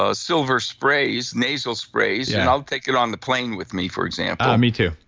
ah silver sprays, nasal sprays, and i'll take it on the plane with me, for example me too,